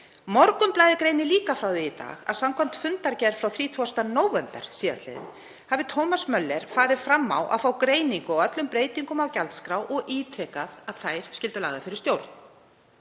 Morgunblaðið greinir líka frá því í dag að samkvæmt fundargerð frá 30. nóvember sl. hafi Thomas Möller farið fram á að fá greiningu á öllum breytingum á gjaldskrá og ítrekað að þær skyldu lagðar fyrir stjórn.